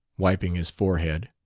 wiping his forehead,